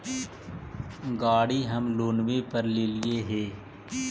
गाड़ी हम लोनवे पर लेलिऐ हे?